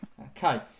okay